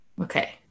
Okay